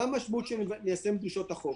מה המשמעות של ליישם את דרישות החוק?